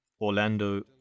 Orlando